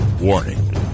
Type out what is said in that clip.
Warning